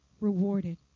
rewarded